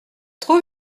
trop